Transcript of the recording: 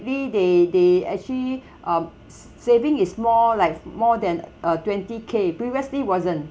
lily they they actually um saving is more like more than uh twenty K previously wasn't